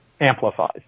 amplifies